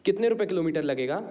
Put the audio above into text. कितने रुपये किलोमीटर लगेगा